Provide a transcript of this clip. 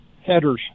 headers